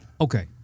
Okay